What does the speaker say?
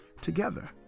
together